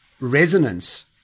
resonance